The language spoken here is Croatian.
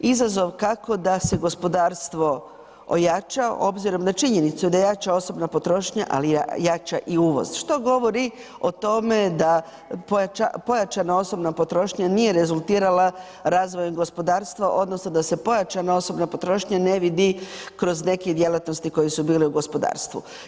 Izazov kako da se gospodarstvo ojača obzirom na činjenicu da jača osobna potrošnja ali jača i uvoz što govori o tome da pojačana osobna potrošnja nije rezultirala razvojem gospodarstva odnosno da se pojačana osobna potrošnja ne vidi kroz neke djelatnosti koje su bile u gospodarstvu.